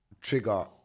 trigger